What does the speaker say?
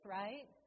right